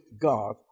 God